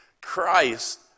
Christ